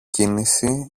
κίνηση